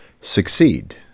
succeed